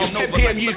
10pm